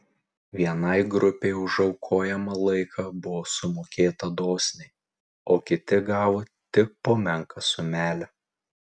vienai grupei už aukojamą laiką buvo sumokėta dosniai o kiti gavo tik po menką sumelę